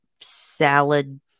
salad